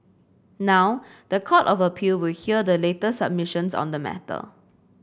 now the Court of Appeal will hear the latest submissions on the matter